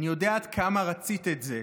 אני יודע עד כמה רצית את זה,